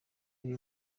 iri